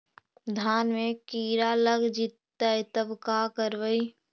धान मे किड़ा लग जितै तब का करबइ?